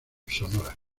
sonora